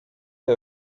der